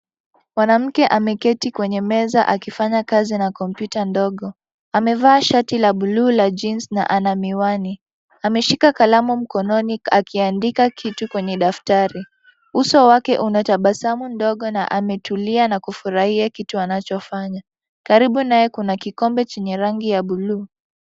Mwanamke ameketi kwenye meza akifanya kazi na kompyuta ndogo. Amevaa shati la buluu la jeans na ana miwani. Ameshika kalamu mkononi akiandika kitu kwenye daftari. Uso wake una tabasamu ndogo na ametulia na kufurahia kitu anachofanya. Karibu naye kuna kikombe chenye rangi ya buluu.